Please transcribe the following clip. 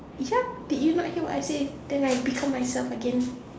ya did you not hear what I say then I become myself again